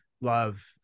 love